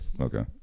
Okay